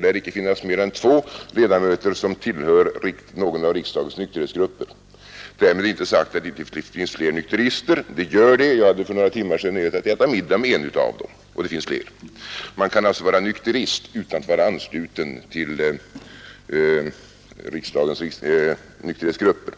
Bara två av gruppens ledamöter lär tillhöra någon av riksdagens nykterhetsgrupper. Därmed är inte sagt att det inte finns fler nykterister. Jag hade för några timmar sedan nöjet att äta middag med en, och det finns fler. Man kan alltså vara nykterist utan att vara ansluten till riksdagens nykterhetsgrupper.